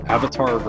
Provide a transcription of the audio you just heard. Avatar